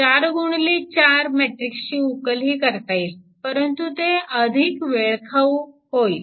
4 गुणिले 4 मॅट्रिक्स ची उकल ही करता येईल परंतु ते अधिक वेळ खाऊ होईल